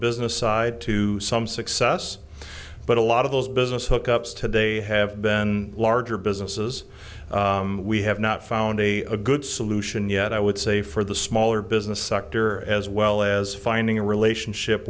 business side to some success but a lot of those business hook ups today have been larger businesses we have not found a good solution yet i would say for the smaller business sector as well as finding a relationship